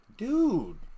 Dude